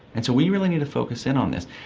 and so we really need to focus in on this.